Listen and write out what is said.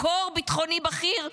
מקור ביטחוני בכיר מודיע.